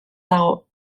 dago